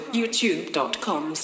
YouTube.com